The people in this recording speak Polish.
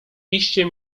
iście